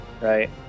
Right